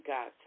God